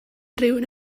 rhywun